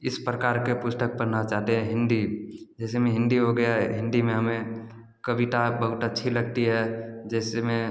इस प्रकार के पुस्तक पढ़ना चाहते हैं हिन्दी जैसे में हिन्दी हो गया हिन्दी में हमें कविता बहुट अच्छी लगती है जिसमें